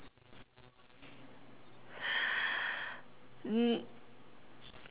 mm